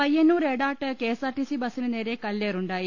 Payyanur Edat KSRTC ബസിന് നേരെ കല്പേറുണ്ടായി